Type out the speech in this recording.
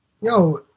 yo